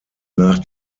nach